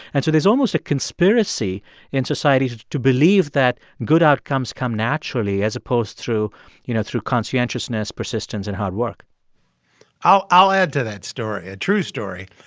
and so there's almost a conspiracy in society to believe that good outcomes come naturally as opposed through you know, through conscientiousness, persistence and hard work i'll i'll add to that story, a true story.